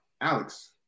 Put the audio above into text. Alex